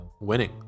winning